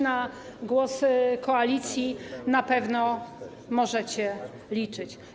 Na głos Koalicji na pewno możecie liczyć.